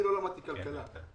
אני לא למדתי כלכלה.